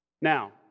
Now